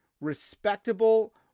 Respectable